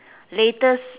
latest